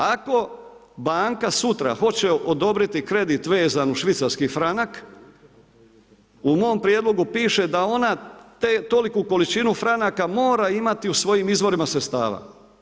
Ako banka sutra hoće odobriti kredit vezan uz švicarski franak, u mom prijedlogu piše da ona toliku količinu franaka mora imati u svojim izvorima sredstava.